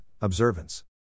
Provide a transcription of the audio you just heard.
observance